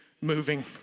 moving